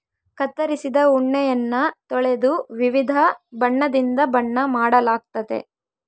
ಕತ್ತರಿಸಿದ ಉಣ್ಣೆಯನ್ನ ತೊಳೆದು ವಿವಿಧ ಬಣ್ಣದಿಂದ ಬಣ್ಣ ಮಾಡಲಾಗ್ತತೆ